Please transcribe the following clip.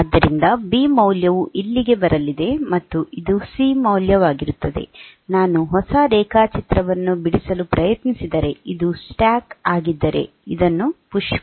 ಆದ್ದರಿಂದ ಬಿ ಮೌಲ್ಯವು ಇಲ್ಲಿಗೆ ಬರಲಿದೆ ಮತ್ತು ಇದು ಸಿ ಮೌಲ್ಯವಾಗಿರುತ್ತದೆ ನಾನು ಹೊಸ ರೇಖಾಚಿತ್ರವನ್ನು ಬಿಡಿಸಲು ಪ್ರಯತ್ನಿಸಿದರೆ ಇದು ಸ್ಟ್ಯಾಕ್ ಆಗಿದ್ದರೆ ಇದು ಪುಶ್ ಬಿ